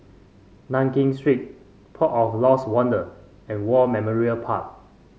Nankin Street Port of Lost Wonder and War Memorial Park